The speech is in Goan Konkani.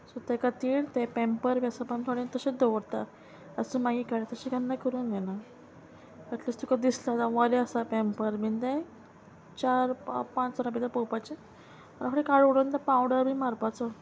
सो तें खातीर तें पेंपर बी आसा पय तें आमी थोडे तशें दवरता आसूं मागीर कडया तशें केन्नाय करूंक जायना एटलिस्ट तुका दिसता जावं वलें आसा पेंपर बीन तें चार पां पांच वरां भितर पोवपाचें आनी थोडें काडू उडोवन तें पावडर बी मारपाचो